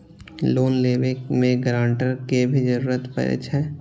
Loan लेबे में grantor के भी जरूरी परे छै?